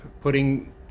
putting